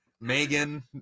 megan